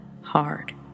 hard